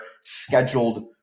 scheduled